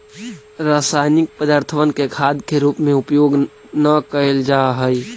रासायनिक पदर्थबन के खाद के रूप में उपयोग न कयल जा हई